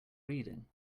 reading